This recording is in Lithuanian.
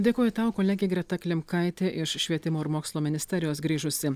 dėkoju tau kolegė greta klimkaitė iš švietimo ir mokslo ministerijos grįžusi